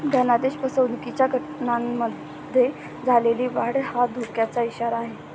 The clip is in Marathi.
धनादेश फसवणुकीच्या घटनांमध्ये झालेली वाढ हा धोक्याचा इशारा आहे